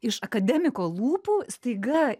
iš akademiko lūpų staiga